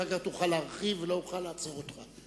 אחר כך תוכל להרחיב ולא אוכל לעצור אותך.